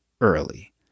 early